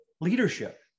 leadership